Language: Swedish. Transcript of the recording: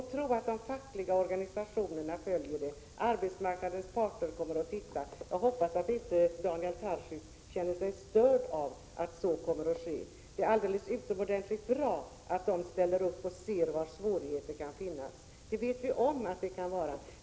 Ni må tro att de fackliga organisationerna följer det. Arbetsmarknadens parter kommer att studera det. Jag hoppas att Daniel Tarschys inte känner sig störd av att så kommer att ske. Det är utomordentligt bra att man ställer upp och ser efter var svårigheter kan finnas. Vi vet om att det kan finnas svårigheter.